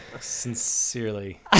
Sincerely